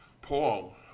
Paul